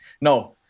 no